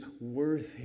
worthy